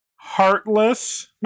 heartless